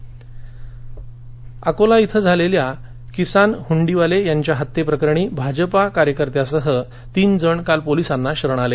अकोला अकोला इथं झालेल्या किसन हंडीवाले यांच्या हत्येप्रकरणी एका भाजपा कार्यकर्त्यासह तीन जण काल पोलिसांना शरण आले